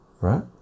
right